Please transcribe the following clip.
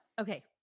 okay